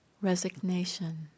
resignation